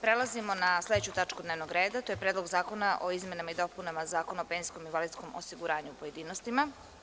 Prelazimo na sledeću tačku dnevnog reda – PREDLOG ZAKONA O IZMENAMA I DOPUNAMA ZAKONA O PENZIJSKOM I INVALIDSKOM OSIGURANjU, u pojedinostima.